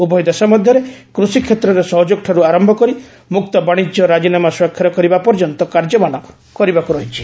ଉଭୟ ଦେଶ ମଧ୍ୟରେ କୃଷି କ୍ଷେତ୍ରରେ ସହଯୋଗଠାରୁ ଆରମ୍ଭ କରି ମୁକ୍ତବାଣିଜ୍ୟ ରାଜିନାମା ସ୍ପାକ୍ଷର କରିବା ପର୍ଯ୍ୟନ୍ତ କାର୍ଯ୍ୟମାନ କରିବାକୁ ରହିଛି